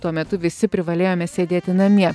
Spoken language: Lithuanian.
tuo metu visi privalėjome sėdėti namie